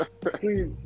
please